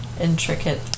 intricate